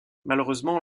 malheureusement